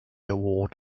award